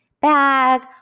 bag